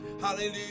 Hallelujah